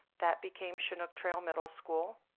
that became chinook trail middle school.